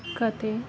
ಕಥೆ